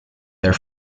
their